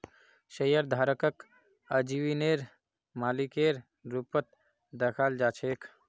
शेयरधारकक आजीवनेर मालिकेर रूपत दखाल जा छेक